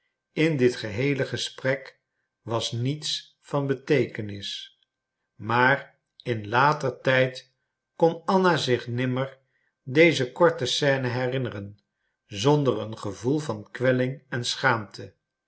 in dit geheele gesprek was niets van beteekenis maar in later tijd kon anna zich nimmer deze korte scène herinneren zonder een gevoel van kwelling en schaamte